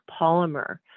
polymer